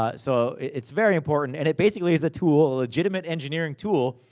ah so, it's very important. and it basically is a tool, a legitimate engineering tool,